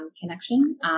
connection